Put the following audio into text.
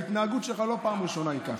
ההתנהגות שלך היא לא בפעם הראשונה ככה.